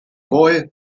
boy